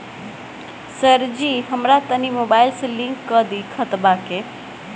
सरजी हमरा तनी मोबाइल से लिंक कदी खतबा के